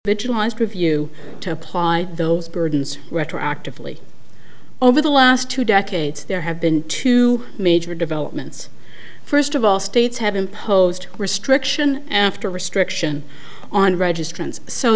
review to apply those burdens retroactively over the last two decades there have been two major developments first of all states have imposed restriction after restriction on